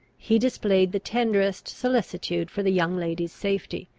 he displayed the tenderest solicitude for the young lady's safety,